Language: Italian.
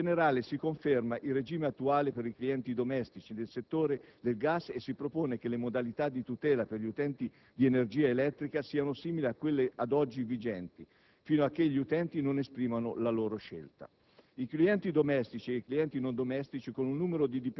i clienti domestici e i clienti non domestici; in generale, si conferma il regime attuale per i clienti domestici del settore del gas e si propone che le modalità di tutela per gli utenti di energia elettrica siano simili a quelle ad oggi vigenti, fino a che gli utenti non esprimano la loro scelta.